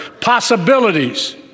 possibilities